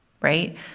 right